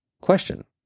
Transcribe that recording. Question